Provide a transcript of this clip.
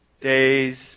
days